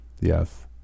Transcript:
Yes